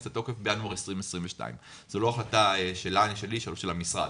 לתוקף בינואר 2022. זו לא החלטה שלי או של המשרד.